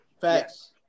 Facts